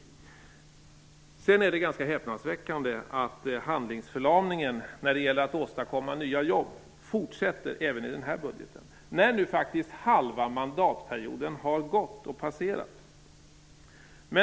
Det är ganska häpnadsväckande att handlingsförlamningen när det gäller att åstadkomma nya jobb fortsätter även i denna budget när nu halva mandatperioden har passerats.